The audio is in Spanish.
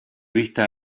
vista